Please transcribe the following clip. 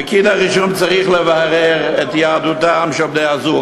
פקיד הרישום צריך לברר את יהדותם של בני-הזוג,